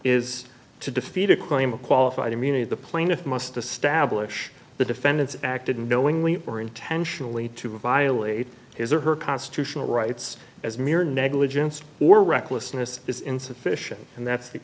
is to defeat a claim of qualified immunity the plaintiff must establish the defendant's acted knowingly or intentionally to violate his or her constitutional rights as mere negligence or recklessness is insufficient and that's the